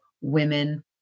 women